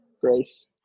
grace